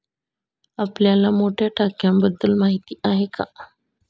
आपल्याला मोठ्या टाक्यांबद्दल माहिती आहे का?